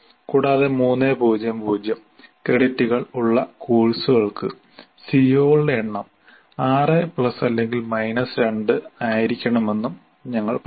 കൂടാതെ 3 0 0 ക്രെഡിറ്റുകൾ ഉള്ള കോഴ്സുകൾക്ക് സിഒകളുടെ എണ്ണം 6 പ്ലസ് അല്ലെങ്കിൽ മൈനസ് 2 ആയിരിക്കണമെന്നും ഞങ്ങൾ പറഞ്ഞു